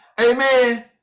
amen